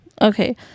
Okay